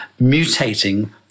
mutating